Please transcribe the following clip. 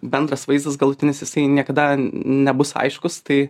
bendras vaizdas galutinis jisai niekada nebus aiškus tai